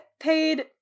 paid